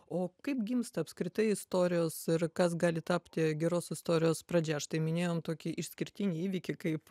o kaip gimsta apskritai istorijos ir kas gali tapti geros istorijos pradžia štai minėjom tokį išskirtinį įvykį kaip